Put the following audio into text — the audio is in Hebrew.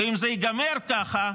ואם זה ייגמר ככה,